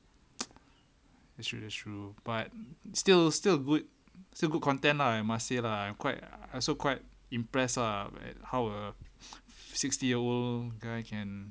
that's true that's true but still still good still good content lah I must say lah quite ah I'm so quite impressed lah like how a sixty year old guy err can